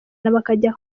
bakajya